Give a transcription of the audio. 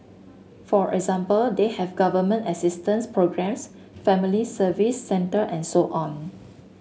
for example they have government assistance programmes family service centre and so on